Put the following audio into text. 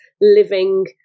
living